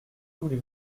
voulez